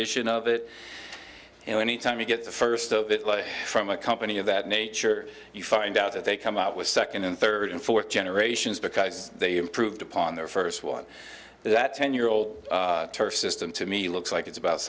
rendition of it you know any time you get the first of it from a company of that nature you find out that they come out with second and third and fourth generations because they improved upon their first one that ten year old system to me looks like it's about